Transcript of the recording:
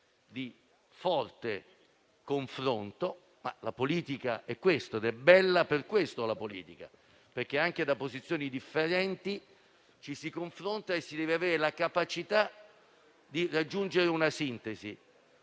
di forte confronto, ma la politica è questo ed è bella per questo: anche da posizioni differenti, ci si confronta e si deve avere la capacità di raggiungere una sintesi.